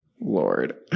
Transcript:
Lord